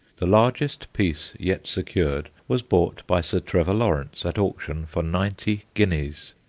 the largest piece yet secured was bought by sir trevor lawrence at auction for ninety guineas.